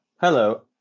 Hello